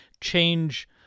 change